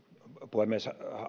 puhemies